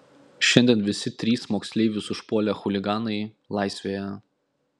šiandien visi trys moksleivius užpuolę chuliganai laisvėje